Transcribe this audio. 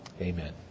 Amen